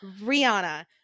Rihanna